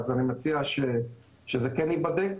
אני מציע שזה כן ייבדק.